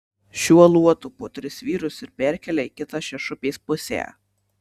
šiuo luotu po tris vyrus ir perkelia į kitą šešupės pusę